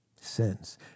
Sins